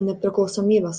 nepriklausomybės